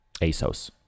ASOS